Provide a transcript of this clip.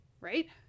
Right